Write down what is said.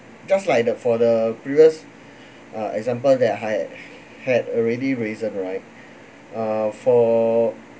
just like the for the previous uh example that I had already risen right uh for